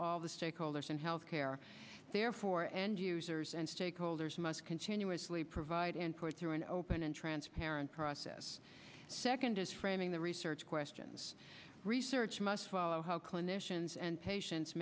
all the stakeholders in health care there for end users and stakeholders must continuously provide input through an open and transparent process second is framing the research questions research must follow how clinicians and patien